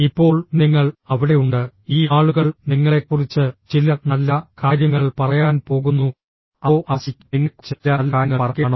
ഇപ്പോൾ നിങ്ങൾ അവിടെയുണ്ട് ഈ ആളുകൾ നിങ്ങളെക്കുറിച്ച് ചില നല്ല കാര്യങ്ങൾ പറയാൻ പോകുന്നു അതോ അവർ ശരിക്കും നിങ്ങളെക്കുറിച്ച് ചില നല്ല കാര്യങ്ങൾ പറയുകയാണോ